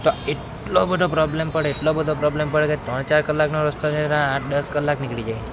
એટલા બધા પ્રોબ્લેમ પડે એટલા બધા પ્રોબ્લેમ પડે કે ત્રણ ચાર કલાકનો રસ્તો હોય આઠ દસ કલાક નીકળી જાય